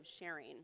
sharing